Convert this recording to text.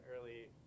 early